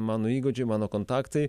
mano įgūdžiai mano kontaktai